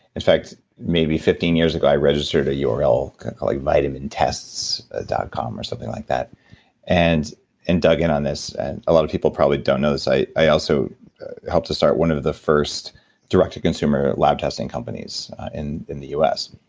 in fact, maybe fifteen years ago, i registered a url called like vitamintests ah dot com or something like that and and dug in on this and a lot of people probably don't know this. i i also helped to start one of the first direct to consumer lab testing companies in in the us.